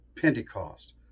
Pentecost